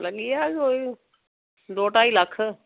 लग्गी जाह्ग कोई दो ढाई लक्ख